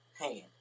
hand